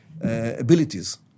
abilities